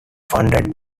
funded